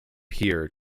here